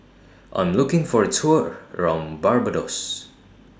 I'm looking For A Tour around Barbados